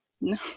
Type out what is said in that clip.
No